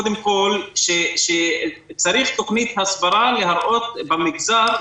קודם כל שצריך תוכנית הסברה להראות במגזר,